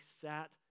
sat